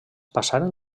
passaren